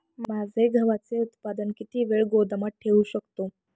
माझे गव्हाचे उत्पादन किती वेळ गोदामात ठेवू शकतो?